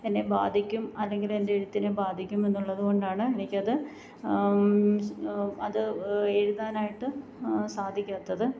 എന്നെ ബാധിക്കും അല്ലെങ്കിൽ എൻ്റെ എഴുത്തിനെ ബാധിക്കും എന്നുള്ളതുകൊണ്ടാണ് എനിക്കത് അത് എഴുതാനായിട്ട് സാധിക്കാത്തത്